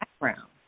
background